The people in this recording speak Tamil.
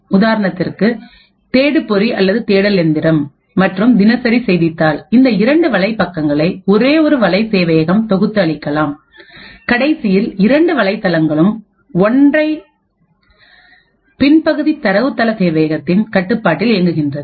உதாரணத்திற்கு தேடுபொறி அல்லது தேடல் எந்திரம் மற்றும் தினசரி செய்தித்தாள் இந்த இரண்டு வலைப்பக்கங்களை ஒரே ஒரு வலை சேவையகம் தொகுத்து அளிக்கலாம் கடைசியில் இரண்டு வலைதளங்களும் ஒற்றை பின்பகுதி தரவுத்தள சேவையகத்தில் கட்டுப்பாட்டில் இயங்குகின்றது